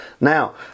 Now